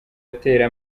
atera